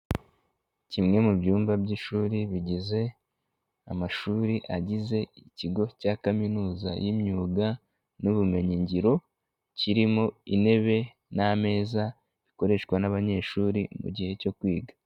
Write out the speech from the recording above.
Kimwe mu byumba by'ishuri bigize amashuri agize ikigo cya kaminuza y'imyuga n'ubumenyingiro kirimo intebe n'a ameza bikoreshwa n'abanyeshuri mu gihe cyo kwiga.